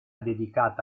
dedicata